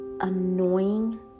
annoying